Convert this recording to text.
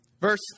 Verse